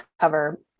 cover